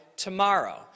tomorrow